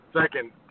second